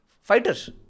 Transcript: fighters